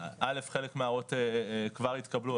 ראשית חלק מההערות כבר התקבלו,